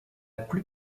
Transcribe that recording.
plus